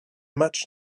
match